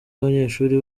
abanyeshuri